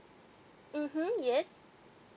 mmhmm yes